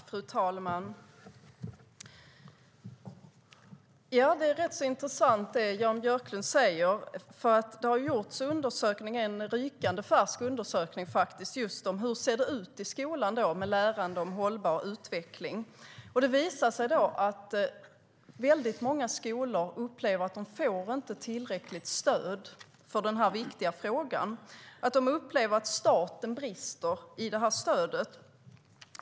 Fru talman! Det Jan Björklund säger är rätt intressant. Det har gjorts undersökningar, och det finns en rykande färsk undersökning om hur det ser ut i skolan med lärande om hållbar utveckling. Det visar sig att väldigt många skolor upplever att de inte får tillräckligt stöd för den här viktiga frågan. De upplever att staten brister i det stödet.